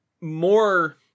more